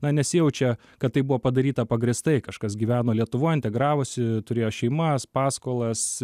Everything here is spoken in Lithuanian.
na nesijaučia kad tai buvo padaryta pagrįstai kažkas gyveno lietuvoj integravosi turėjo šeimas paskolas